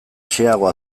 xeheago